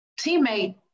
teammate